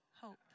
hope